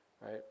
right